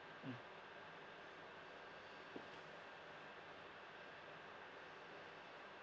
mm